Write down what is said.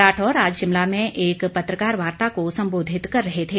राठौर आज शिमला में एक पत्रकार वार्ता को सम्बोधित कर रहे थे